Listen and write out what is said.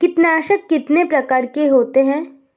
कीटनाशक कितने प्रकार के होते हैं?